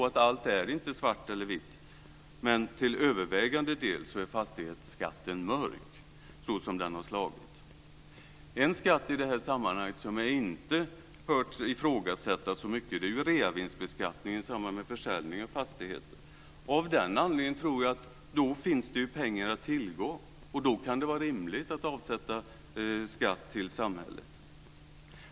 Allt är inte svart eller vitt, men till övervägande del är fastighetsskatten mörk, så som den har slagit. En skatt i sammanhanget som jag inte hört ifrågasättas särskilt mycket är reavinstskatten i samband med försäljning av en fastighet. Då finns det ju pengar att tillgå, och därför kan det vara rimligt att avsätta skatt till samhället.